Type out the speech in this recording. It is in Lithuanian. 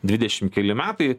dvidešim keli metai